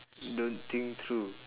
don't think through